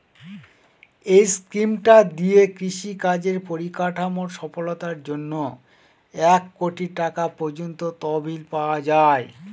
এই স্কিমটা দিয়ে কৃষি কাজের পরিকাঠামোর সফলতার জন্যে এক কোটি টাকা পর্যন্ত তহবিল পাওয়া যায়